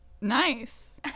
Nice